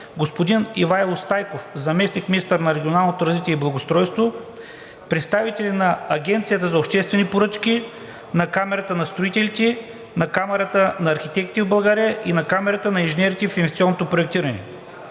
господин Ивайло Стайков – заместник-министър на регионалното развитие и благоустройството, представители на Агенцията за обществени поръчки, на Камарата на строителите, на Камарата на архитектите в България и на Камарата на инженерите в инвестиционното проектиране.